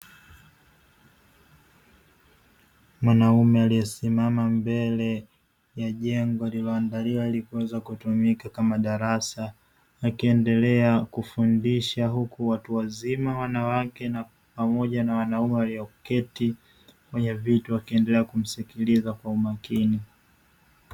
Mwanaume aliye simama mbele ya jengo, lililo andaliwa ili kuweza kutumika kama darasa, akiendelea kufundisha. Huku watu wazima wanawake pamoja na wanaume, walio keti kwenye viti wakiendelea kumsikiliza kwa umakini.